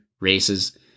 races